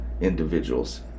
individuals